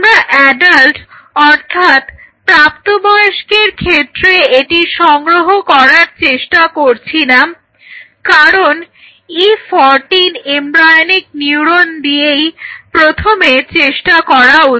আমরা অ্যাডাল্ট অর্থাৎ প্রাপ্ত বয়স্কের ক্ষেত্রে এটি করার চেষ্টা করছি না কারণ E14 এমব্রায়োনিক নিউরন দিয়েই প্রথমে চেষ্টা করা উচিত